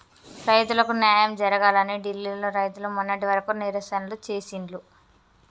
రైతులకు న్యాయం జరగాలని ఢిల్లీ లో రైతులు మొన్నటి వరకు నిరసనలు చేసిండ్లు